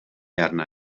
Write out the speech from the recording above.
arna